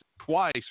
twice